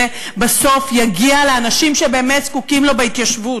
בסוף יגיע לאנשים שבאמת זקוקים לו בהתיישבות.